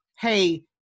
hey